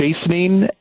chastening